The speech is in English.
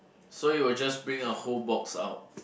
so you will just bring a whole box out